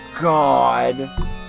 God